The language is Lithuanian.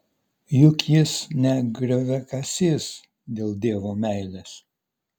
juk jis ne grioviakasys dėl dievo meilės